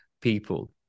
people